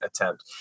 attempt